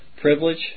privilege